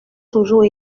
toujours